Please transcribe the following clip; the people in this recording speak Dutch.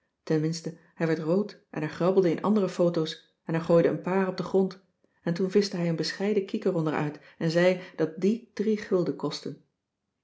hij werd rood en hij grabbelde in andere photo's en hij gooide een paar op den grond en toen vischte hij een bescheiden kiek eronder uit en zei dat die drie gulden kostte